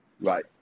right